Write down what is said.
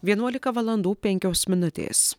vienuolika valandų penkios minutės